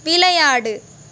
விளையாடு